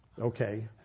Okay